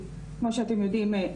אנחנו עובדים על גיבוש נוהל,